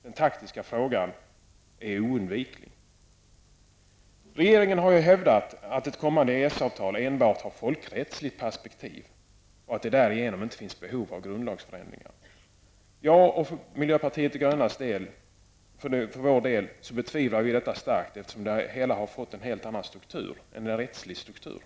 Den taktiska frågan är oundviklig. Regeringen har hävdat att ett kommande EES avtal enbart har ett folkrättsligt perspektiv och att det därför inte finns behov av någon grundlagsändring. I miljöpartiet betvivlar vi detta starkt, eftersom det hela har fått en helt annan struktur än en rättslig struktur.